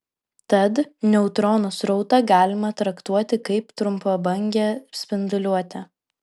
tad neutronų srautą galima traktuoti kaip trumpabangę spinduliuotę